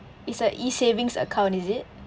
it's a E-savings account is it